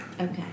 Okay